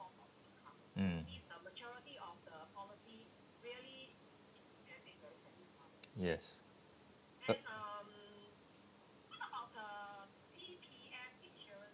mm yes but